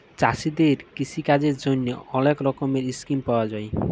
চাষীদের কিষিকাজের জ্যনহে অলেক রকমের ইসকিম পাউয়া যায়